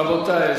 רבותי,